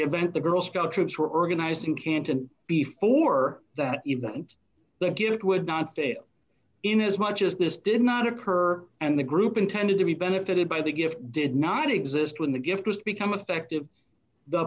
event the girl scout troops were organizing canton before that event like it would not fit in as much as this did not occur and the group intended to be benefited by the gift did not exist when the gift was become effective the